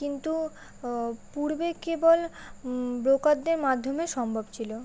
কিন্তু পূর্বে কেবল ব্রোকারদের মাধ্যমে সম্ভব ছিল